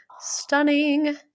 stunning